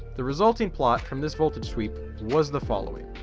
the resulting plot from this voltage sweep was the following.